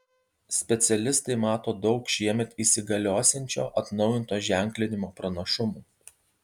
specialistai mato daug šiemet įsigaliosiančio atnaujinto ženklinimo pranašumų